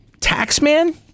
Taxman